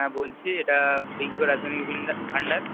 হ্যাঁ বলছি এটা রাসমণি ভাণ্ডার